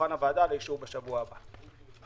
לשולחן הוועדה ויאושרו בשבוע הבא.